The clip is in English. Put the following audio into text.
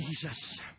Jesus